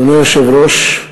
אדוני היושב-ראש,